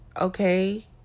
okay